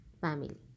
family